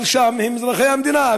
אבל שם הם אזרחי המדינה,